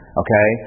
okay